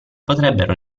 potrebbero